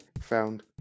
found